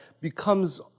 becomes